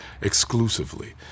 exclusively